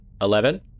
Eleven